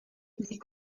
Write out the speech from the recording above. les